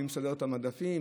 מי מסדר את המדפים,